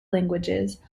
languages